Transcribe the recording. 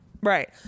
Right